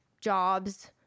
jobs